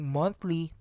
monthly